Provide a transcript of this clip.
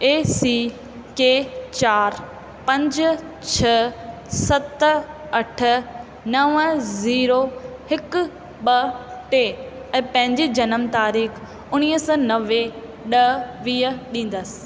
ए C के चार पंज छह सत अठ नवं ज़ीरो हिकु ॿ टे ऐं पंहिंजे जनम तारीख़ु उणिवीह सौ नवे ॾह वीह ॾींदसि